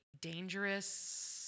dangerous